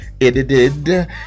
edited